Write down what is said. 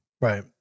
Right